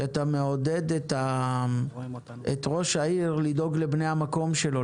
שאתה מעודד את ראש העיר לדאוג לבני המקום שלו,